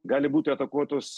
gali būti atakuotos